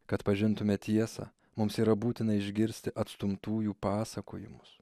kad pažintume tiesą mums yra būtina išgirsti atstumtųjų pasakojimus